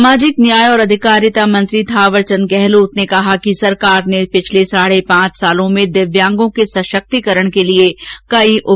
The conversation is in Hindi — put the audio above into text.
सामाजिक न्याय और आधिकारिता मंत्री थावरचंद गहलोत ने कहा कि सरकार ने पिछले साढे पांच वर्षो में दिव्यांगों के सशक्तीकरण के लिए कई उपाय किये हैं